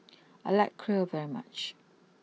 I like Kheer very much